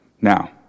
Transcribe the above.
Now